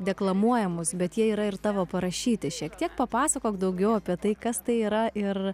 deklamuojamus bet jie yra ir tavo parašyti šiek tiek papasakok daugiau apie tai kas tai yra ir